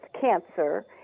cancer